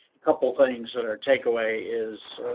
couple things that are takeaway is.